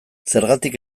zergatik